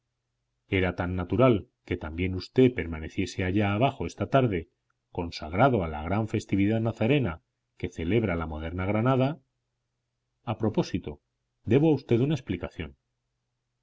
era tan natural que también usted permaneciese allá abajo esta tarde consagrado a la gran festividad nazarena que celebra la moderna granada a propósito debo a usted una explicación